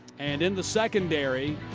and in the secondary,